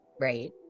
right